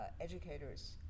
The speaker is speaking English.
Educators